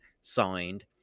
signed